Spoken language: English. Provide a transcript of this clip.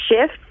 shift